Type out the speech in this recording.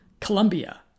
Colombia